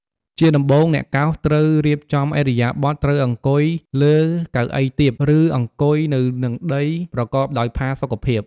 ជាដំបូងអ្នកកោសត្រូវរៀបចំឥរិយាបថ ត្រូវអង្គុយលើកៅអីទាប ឬ អង្គុយនៅនឹងដីប្រកបដោយផាសុកភាព។